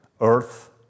earth